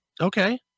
Okay